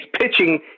pitching